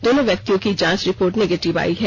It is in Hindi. दोनों व्यक्तियों की जांच रिपोर्ट नेगेटिव आयी है